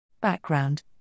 Background